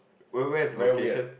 where where is the location